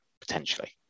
potentially